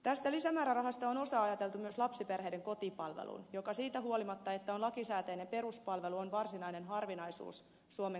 tästä lisämäärärahasta on osa ajateltu myös lapsiperheiden kotipalveluun joka siitä huolimatta että on lakisääteinen peruspalvelu on varsinainen harvinaisuus suomen kunnissa